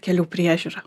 kelių priežiūra